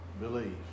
believe